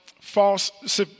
false